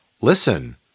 Listen